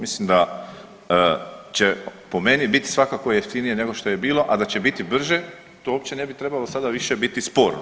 Mislim da će po meni biti svakako jeftinije nego što je bilo, a da će biti brže to uopće ne bi trebalo sada više biti sporno.